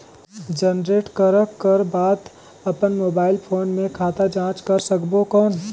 Generate करक कर बाद अपन मोबाइल फोन मे खाता जांच कर सकबो कौन?